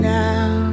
now